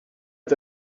est